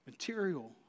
material